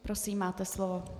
Prosím, máte slovo.